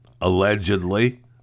allegedly